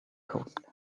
coast